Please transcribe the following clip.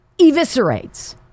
eviscerates